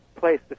Place